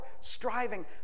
striving